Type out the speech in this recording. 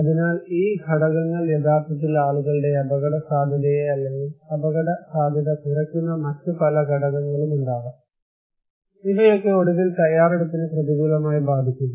അതിനാൽ ഈ ഘടകങ്ങൾ യഥാർത്ഥത്തിൽ ആളുകളുടെ അപകടസാധ്യതയെ അല്ലെങ്കിൽ അപകടസാധ്യത കുറയ്ക്കുന്ന മറ്റ് പല ഘടകങ്ങളും ഉണ്ടാകാം ഇവയൊക്കെ ഒടുവിൽ തയ്യാറെടുപ്പിന് പ്രതികൂലമായി ബാധിക്കുന്നു